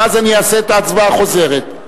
שאז אני אעשה הצבעה חוזרת.